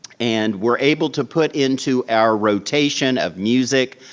and were able to put into our rotation of music,